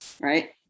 Right